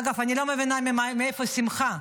אגב, אני לא מבינה מאיפה השמחה,